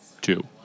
two